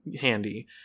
handy